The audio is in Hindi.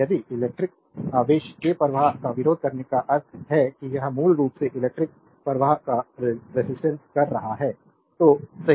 यदि इलेक्ट्रिक आवेश के प्रवाह का विरोध करने का अर्थ है कि यह मूल रूप से इलेक्ट्रिक प्रवाह का रेजिस्टेंस कर रहा है तो सही